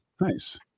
nice